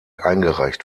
eingereicht